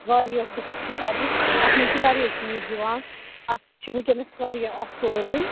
واریاہ قسٕم چھِ کَرٕنۍ اتھ مَنٛز چھِ واریاہ چیٖز یِوان اَتھ چھِ وُنکٮ۪نَس واریاہ آفٲرٕس